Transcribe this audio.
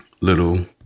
little